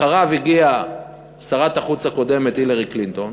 אחריו הגיעה שרת החוץ הקודמת הילרי קלינטון